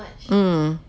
mm